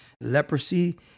Leprosy